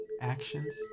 actions